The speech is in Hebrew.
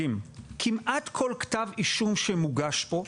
כמעט כל כתב אישום שמוגש פה,